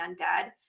undead